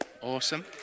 Awesome